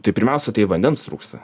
tai pirmiausia tai vandens trūksta